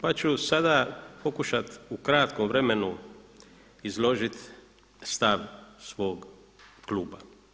Pa ću sada pokušati u kratkom vremenu izložiti stav svog kluba.